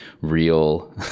real